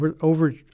over